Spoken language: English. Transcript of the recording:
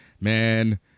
man